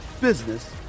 business